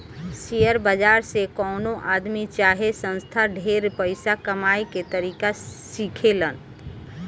share बाजार से कवनो आदमी चाहे संस्था ढेर पइसा कमाए के तरीका सिखेलन